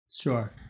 Sure